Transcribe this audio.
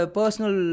personal